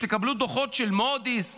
כשתקבלו דוחות של מוד'יס,